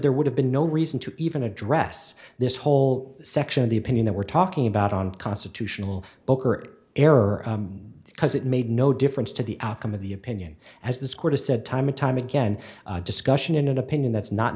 there would have been no reason to even address this whole section of the opinion that we're talking about on constitutional bowker error because it made no difference to the outcome of the opinion as this court has said time and time again discussion in an opinion that's not